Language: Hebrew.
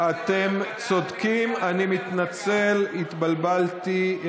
אתם צודקים, אני מתנצל, התבלבלתי.